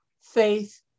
faith